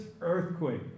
earthquake